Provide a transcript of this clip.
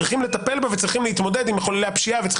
צריכים לטפל בה ולהתמודד עם מחוללי הפשיעה וצריך